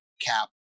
cap